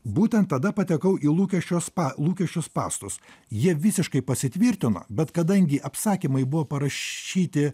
būtent tada patekau į lūkesčio spa lūkesčių spąstus jie visiškai pasitvirtino bet kadangi apsakymai buvo parašyti